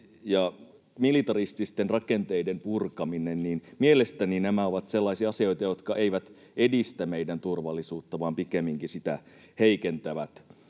ja militarististen rakenteiden purkaminen, niin mielestäni nämä ovat sellaisia asioita, jotka eivät edistä meidän turvallisuutta vaan pikemminkin sitä heikentävät.